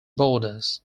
borders